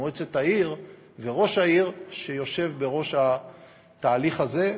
מועצת העיר וראש העיר שיושב בראש התהליך הזה,